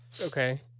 Okay